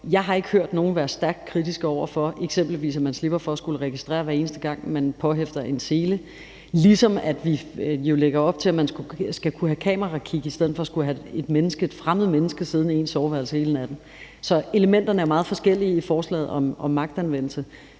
jeg har ikke hørt nogen være stærkt kritiske over for, at man eksempelvis slipper for at skulle registrere det, hver eneste gang man påhæfter en sele. Og vi lægger jo også op til, at man skal kunne have kamerakig i stedet for at skulle have et fremmed menneske siddende inde i soveværelset hele natten. Så elementerne er meget forskellige i forslaget om magtanvendelse.